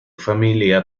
familia